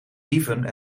dieven